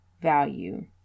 value